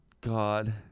God